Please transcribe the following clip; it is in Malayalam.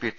P T